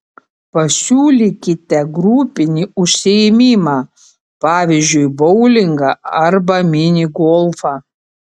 pasiūlykite grupinį užsiėmimą pavyzdžiui boulingą arba mini golfą